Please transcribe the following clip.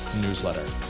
newsletter